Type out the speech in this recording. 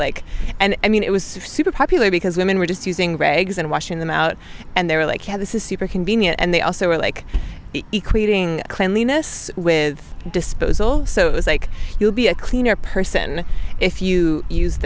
like and i mean it was super popular because women were just using rags and washing them out and they were like yeah this is super convenient and they also were like equating cleanliness with disposal so it was like you'll be a cleaner person if you use